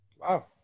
Wow